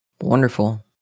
wonderful